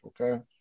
Okay